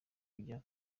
najya